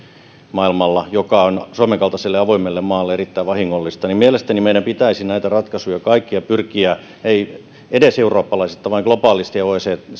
joka on suomen kaltaiselle avoimelle maalle erittäin vahingollista niin mielestäni meidän pitäisi kaikkia näitä ratkaisuja pyrkiä miettimään ei edes eurooppalaisittain vaan globaalisti ja